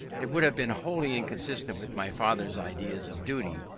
it would have been wholly inconsistent with my father's ideas of duty,